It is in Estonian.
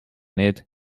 need